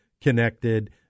connected